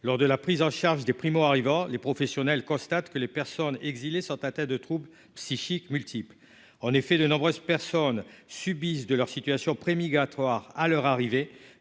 lors de la prise en charge des primo-arrivants, les professionnels constatent que les personnes exilées sont atteints de troubles psychiques multiple en effet de nombreuses personnes subissent de leur situation pré-migratoire à leur arrivée,